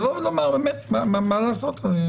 מה לעשות באמת,